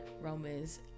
Romans